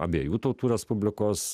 abiejų tautų respublikos